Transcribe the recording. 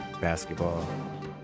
Basketball